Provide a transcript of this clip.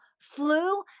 flu